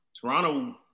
Toronto